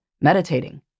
meditating